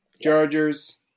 Chargers